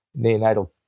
neonatal